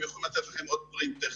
הם יוכלו לתת לכם עוד דברים טכניים.